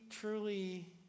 truly